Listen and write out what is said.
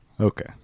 Okay